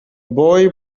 boy